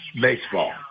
baseball